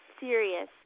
serious